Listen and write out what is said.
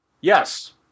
Yes